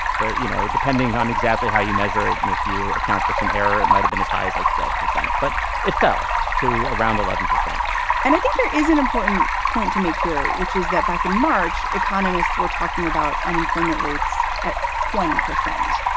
you know, depending on exactly how you measure it. and if you account for some error, it might have been as high as like twelve percent, but it fell to around eleven percent and i think there is an important point to make here, which is that back in march, economists were talking about unemployment rates at twenty percent.